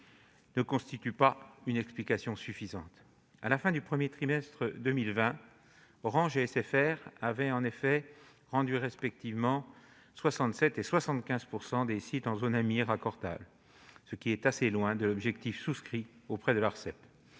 ne constitue pas une explication suffisante. À la fin du premier trimestre 2020, Orange et SFR avaient rendu respectivement 67 % et 75 % des sites en zones AMII raccordables, ce qui est assez loin de l'objectif souscrit auprès de l'Arcep.